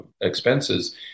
expenses